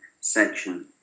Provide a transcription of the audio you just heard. section